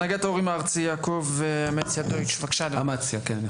הנהגת ההורים הארצית, יעקב אמציה דויטש, בבקשה.